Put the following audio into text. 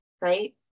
right